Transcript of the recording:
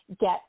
get